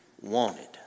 wanted